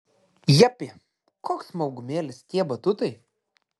japy koks smagumėlis tie batutai